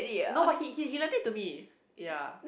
no but he he lent it to me ya